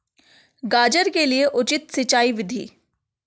गाजर के लिए उचित सिंचाई विधि?